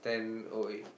ten or eight